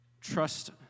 trust